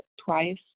twice